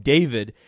David